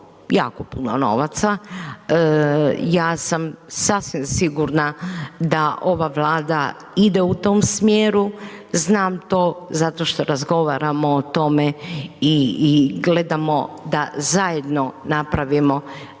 jako puno novaca. Ja sam sasvim sigurna da ova Vlada ide u tom smjeru, znam to zato što razgovaramo o tome i gledamo da zajedno napravimo